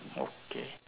okay